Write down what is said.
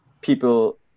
people